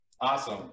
Awesome